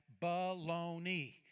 baloney